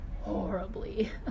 horribly